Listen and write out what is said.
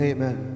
Amen